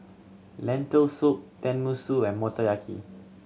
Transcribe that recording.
Lentil Soup Tenmusu and Motoyaki